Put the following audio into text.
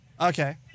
Okay